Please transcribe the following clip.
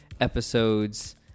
episodes